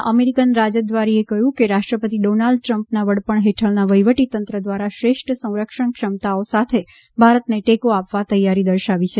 ટોચના અમેરિકન રાજદ્વારીએ કહ્યું કે રાષ્ટ્રપતિ ડોનાલ્ડ ટ્રમ્પના વડપણ હેઠળના વહીવટીતંત્રદ્વારા શ્રેષ્ઠ સંરક્ષણ ક્ષમતાઓ સાથે ભારતને ટેકો આપવા તૈયાઋ દર્શાવી છે